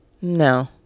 No